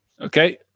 Okay